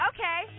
Okay